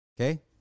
Okay